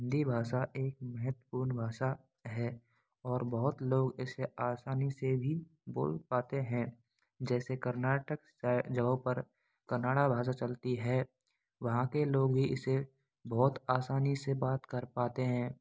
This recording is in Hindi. हिंदी भाषा एक महत्वपूर्ण भाषा है और बहुत लोग ऐसे आसानी से भी बोल पाते हैं जैसे कर्नाटक जगहों पर कनाडा भाषा चलती है वहाँ के लोग भी इसे बहुत आसानी से बात कर पाते हैं